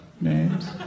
names